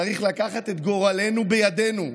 צריך לקחת את גורלנו בידינו.